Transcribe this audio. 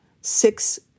six